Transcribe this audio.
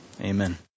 amen